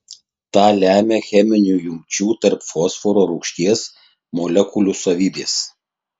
tą lemia cheminių jungčių tarp fosforo rūgšties molekulių savybės